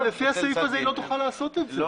אבל לפי הסעיף הזה היא לא תוכל לעשות את זה,